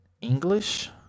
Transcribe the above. english